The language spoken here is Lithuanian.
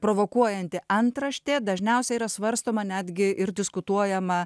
provokuojanti antraštė dažniausiai yra svarstoma netgi ir diskutuojama